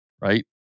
right